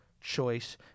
choice